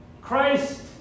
Christ